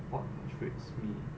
what frustrates me